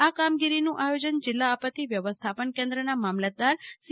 આ કામગીરીનું આયોજન જિલ્લા આપત્તિ વ્યવસ્થાપન કેન્દ્રના મામલતદાર સી